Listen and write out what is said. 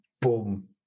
boom